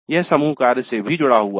यह समूह कार्य टीम वर्क से भी जुड़ा है